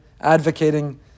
advocating